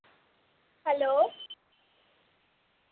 hello